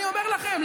אני אומר לכם,